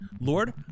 Lord